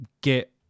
get